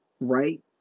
right